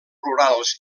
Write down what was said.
rurals